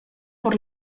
por